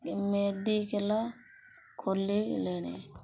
medical ଖୋଲିଲେଣି